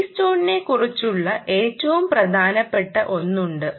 എഡ്ഡിസ്റ്റോണിനെക്കുറിച്ചുള്ള ഏറ്റവും പ്രധാനപ്പെട്ട ഒന്ന് ഉണ്ട്